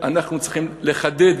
אנחנו צריכים לחדד.